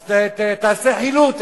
אז תעשה חילוט.